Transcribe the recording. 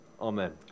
Amen